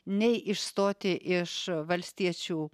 nei išstoti iš valstiečių